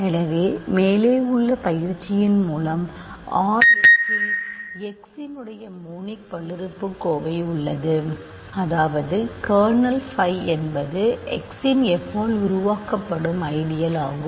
எனவே மேலே உள்ள பயிற்சியின் மூலம் R x இல் x இன் மோனிக் பல்லுறுப்புக்கோவை உள்ளது அதாவது கர்னல் phi என்பது x இன் f ஆல் உருவாக்கப்படும் ஐடியல் ஆகும்